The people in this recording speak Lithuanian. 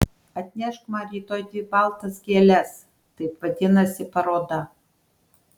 atnešk man rytoj dvi baltas gėles taip vadinasi paroda